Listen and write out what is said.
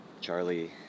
Charlie